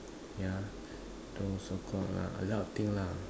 yeah those so called uh a lot of thing lah